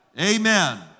Amen